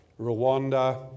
Rwanda